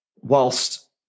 whilst